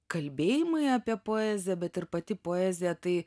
kalbėjimai apie poeziją bet ir pati poezija tai